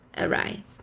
Alright